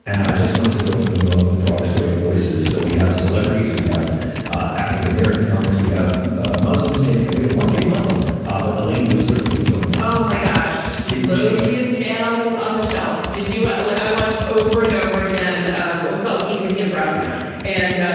and i just wanted to go for them ah the broadest array of voices. so we have celebrities we have african-american comics we have ah muslims gay. we have one gay muslim ah but alain boozer will be joining us oh my gosh. she loneliest can on the on the shelf. did you. ah like i watched over and over again what was called even give the improv. yeah and.